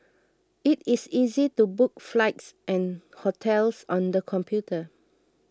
it is easy to book flights and hotels on the computer